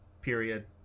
period